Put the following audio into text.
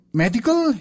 medical